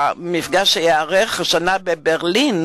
והמפגש שייערך השנה בברלין